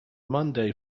monday